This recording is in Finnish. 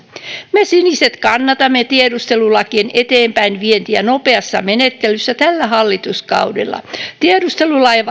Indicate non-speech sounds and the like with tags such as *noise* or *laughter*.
me siniset kannatamme tiedustelulakien eteenpäinvientiä nopeassa menettelyssä tällä hallituskaudella tiedustelulait *unintelligible*